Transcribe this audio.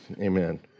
Amen